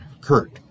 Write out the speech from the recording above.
Kurt